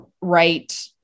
right